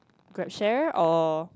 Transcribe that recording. Grab share or